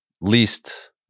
least